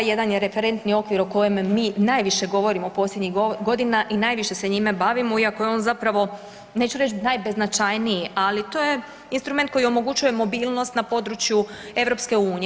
Jedan je referentni okvir o kojeme mi najviše govorimo u posljednjih godina i najviše se njime bavimo iako je on zapravo neću reći najbeznačajniji, ali to je instrument koji omogućuje mobilnost na području EU.